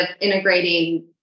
integrating